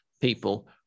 people